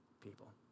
people